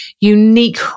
unique